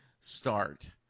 start